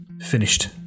finished